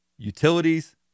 utilities